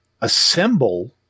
assemble